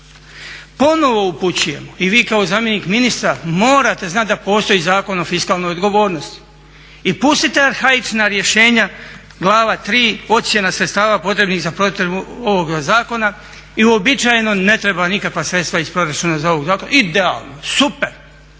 Ponovo upućujemo i vi kao zamjenik ministra morate znati da postoji Zakon o fiskalnoj odgovornosti i pustite arhaična rješenja glava III. Ocjena sredstava potrebnih za provedbu ovoga zakona i uobičajeno ne treba nikakva sredstva iz proračuna za ovaj zakon. Idealno, super!